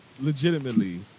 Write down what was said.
Legitimately